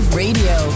radio